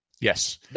Yes